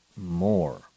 more